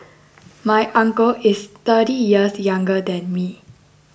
my uncle is thirty years younger than me